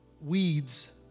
weeds